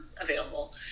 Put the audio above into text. available